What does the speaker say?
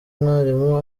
mwarimu